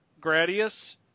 Gradius